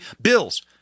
bills